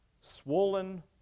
Swollen